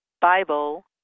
Bible